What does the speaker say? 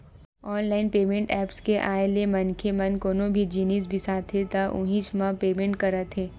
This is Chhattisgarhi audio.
ऑनलाईन पेमेंट ऐप्स के आए ले मनखे मन कोनो भी जिनिस बिसाथे त उहींच म पेमेंट करत हे